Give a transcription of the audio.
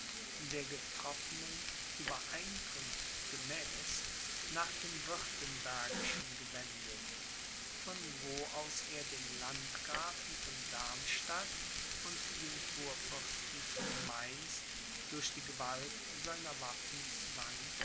der getroffenen uebereinkunft gemäß nach dem wirtenbergischen gewendet von wo aus er den landgrafen von darmstadt und den kurfürsten von mainz durch die gewalt seiner waffen zwang